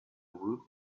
woot